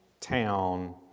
town